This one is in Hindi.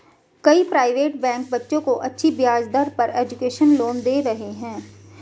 कई प्राइवेट बैंक बच्चों को अच्छी ब्याज दर पर एजुकेशन लोन दे रहे है